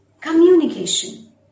communication